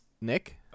Nick